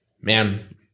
man